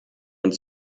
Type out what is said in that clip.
uns